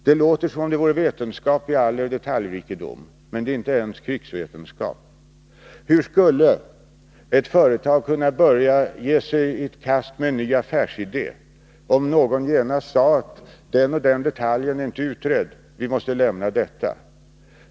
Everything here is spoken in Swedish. Det låter i all sin detaljrikedom som om det vore vetenskap, men det är inte ens krigsvetenskap. Hur skulle ett företag kunna börja ge sig i kast med en ny affärsidé, om någon genast sade att den och den detaljen inte är utredd, vi måste lämna detta?